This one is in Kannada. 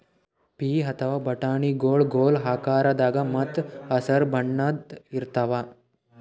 ಪೀ ಅಥವಾ ಬಟಾಣಿಗೊಳ್ ಗೋಲ್ ಆಕಾರದಾಗ ಮತ್ತ್ ಹಸರ್ ಬಣ್ಣದ್ ಇರ್ತಾವ